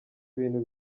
bintu